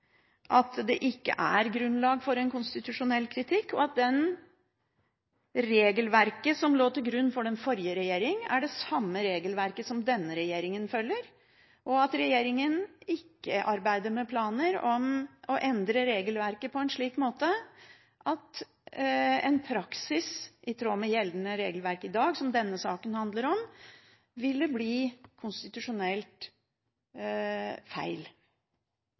at det ikke er grunnlag for konstitusjonell kritikk, at det regelverket som lå til grunn for den forrige regjeringen, er det samme regelverket som denne regjeringen følger, og at regjeringen ikke arbeider med planer om å endre regelverket på en slik måte at en praksis i tråd med gjeldende regelverk i dag – som denne saken handler om – ville bli konstitusjonelt feil.